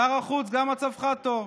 שר החוץ, גם מצבך טוב.